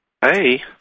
hey